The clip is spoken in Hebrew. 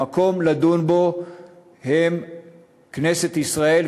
המקום לדון בהם הוא כנסת ישראל.